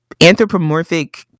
anthropomorphic